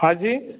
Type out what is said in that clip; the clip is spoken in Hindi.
हाँ जी